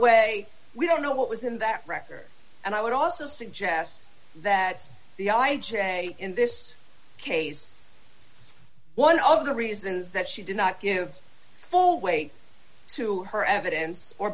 way we don't know what was in that record and i would also suggest that the i j a in this case one of the reasons that she did not give full weight to her evidence or